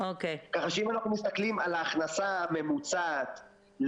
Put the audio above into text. אם אנחנו מסתכלים על ההכנסה הממוצעת,